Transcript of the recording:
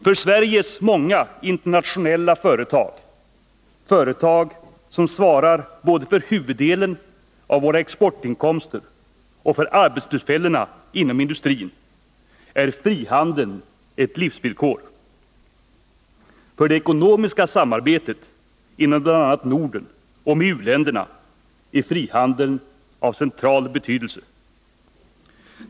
För Sveriges många internationella företag — företag som svarar både för huvuddelen av våra exportinkomster och för arbetstillfällena inom industrin — är frihandeln ett livsvillkor. För det ekonomiska samarbetet inom bl.a. Norden och med u-länderna är frihandeln av central betydelse.